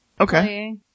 Okay